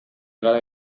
gara